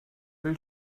will